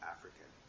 African